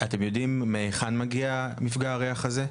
אתם יודעים מהיכן מגיע מפגע הריח הזה?